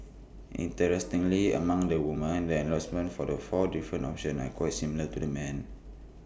interestingly among the women the endorsement for the four different options are quite similar to the men